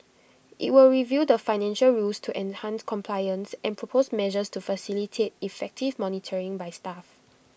IT will review the financial rules to enhance compliance and propose measures to facilitate effective monitoring by staff